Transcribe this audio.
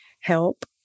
help